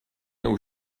aux